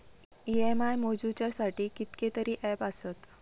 EMI मोजुच्यासाठी कितकेतरी app आसत